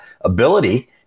ability